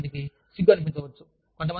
కానీ కొంతమందికి సిగ్గు అనిపించవచ్చు